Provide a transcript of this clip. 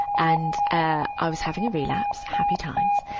and, ah, i was having a relapse happy times.